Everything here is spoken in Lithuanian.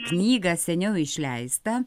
knygą seniau išleistą